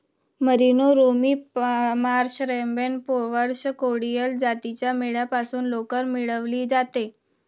merino, Romney Marsh, Rambouillet, Polwarth, Corriedale जातीच्या मेंढ्यांपासून लोकर मिळवली जाते